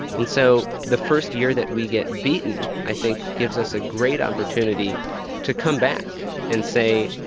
and so the first year that we get beaten, i think gives us a great opportunity to come back and say,